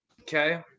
Okay